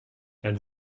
and